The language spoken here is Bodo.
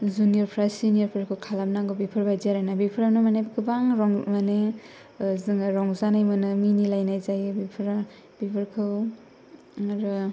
जुनियरफोरा सिनियरफोरखौ खालामनांगौ बेफोरबादि आरोना बेफोरावनो माने गोबां माने जोङो रंजानो मोनो मिनिलायनाय जायो बयखौबो बेफोरखौ